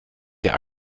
der